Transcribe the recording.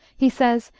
he says,